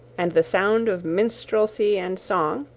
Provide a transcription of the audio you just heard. and the sound of minstrelsy and song,